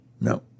No